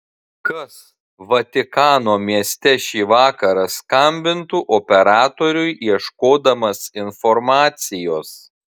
kas vatikano mieste šį vakarą skambintų operatoriui ieškodamas informacijos